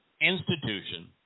institution